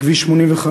בכביש 85,